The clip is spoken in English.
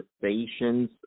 conversations